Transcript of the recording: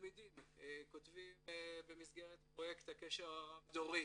תלמידים כותבים במסגרת פרויקט הקשר הרב-דורי